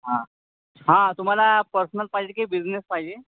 हां हां तुम्हाला पर्सनल पाहिजे की बिझनेस पाहिजे